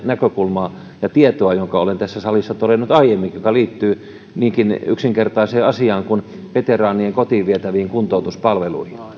näkökulmaa ja tietoa jonka olen tässä salissa todennut aiemminkin ja joka liittyy niinkin yksinkertaiseen asiaan kuin veteraanien kotiin vietäviin kuntoutuspalveluihin